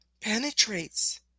penetrates